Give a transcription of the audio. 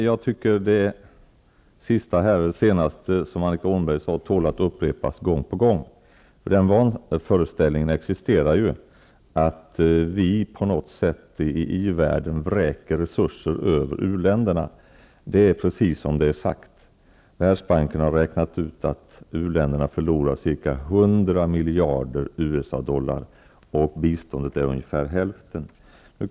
Fru talman! Jag tycker att det som Annika Åhnberg senast sade tål att uppre pas gång på gång. Den vanföreställningen existerar ju att i-världen på något sätt vräker resurser över u-ländenra. Världsbanken har som sagt räknat ut att u-länderna förlorar ca 100 miljarder USA-dollar, och biståndet uppgår till ungefär hälften.